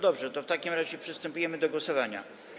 Dobrze, w takim razie przystępujemy do głosowania.